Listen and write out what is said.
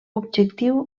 objectiu